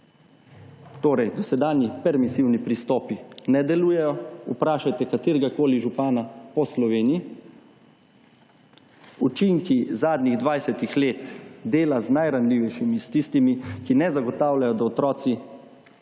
Torej dosedanji permesivni pristopi ne delujejo, vprašanje kateregakoli župana po Sloveniji, učinki zadnjih 20 let dela z najranljivejšimi, s tistimi, ki ne zagotavljajo da otroci obiskujejo